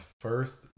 first